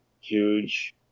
huge